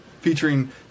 featuring